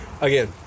again